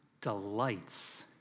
delights